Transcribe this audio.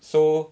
so